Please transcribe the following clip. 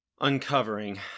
uncovering